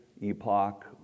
epoch